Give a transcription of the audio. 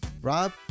rob